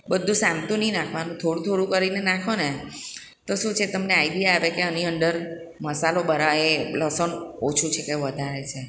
બધું સામટું નહીં નાખવાનું થોડું થોડું કરીને નાખોને તો શું છેકે તમને આઇડિયા આવે કે આની અંદર મસાલો બરાએ લસણ ઓછું છે કે વધારે છે